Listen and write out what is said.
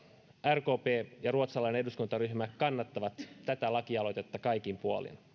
rkp ja ruotsalainen eduskuntaryhmä kannattavat tätä lakialoitetta kaikin puolin